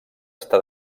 està